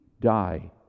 die